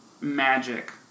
magic